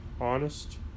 honest